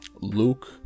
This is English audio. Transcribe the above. Luke